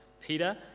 Peter